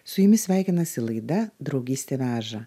su jumis sveikinasi laida draugystė veža